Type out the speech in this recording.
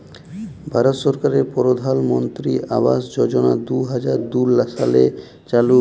ভারত সরকারের পরধালমলত্রি আবাস যজলা দু হাজার দু সালে চালু